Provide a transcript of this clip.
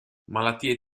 malattie